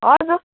हजुर